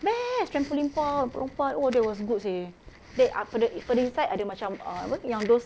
best trampoline park prawn park oh that was good seh then ah further further inside ada macam ah apa yang those